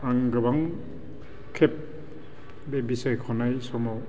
आं गोबां खेब बे बिसायख'नाय समाव